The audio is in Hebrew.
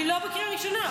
אני לא בקריאה ראשונה.